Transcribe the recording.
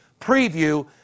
preview